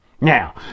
Now